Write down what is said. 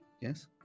Yes